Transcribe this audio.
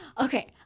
okay